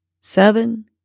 seven